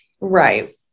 Right